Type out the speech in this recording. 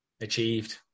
Achieved